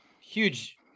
huge